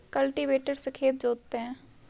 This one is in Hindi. कल्टीवेटर से खेत जोतते हैं